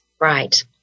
Right